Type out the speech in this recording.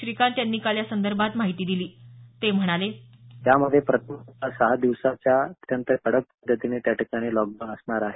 श्रीकांत यांनी काल यासंदर्भात माहिती दिली ते म्हणाले यामध्ये प्रथम सहा दिवसाचा कडक त्या ठिकाणी लॉकडाऊन असणार आहे